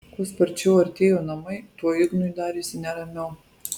kuo sparčiau artėjo namai tuo ignui darėsi neramiau